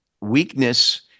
weakness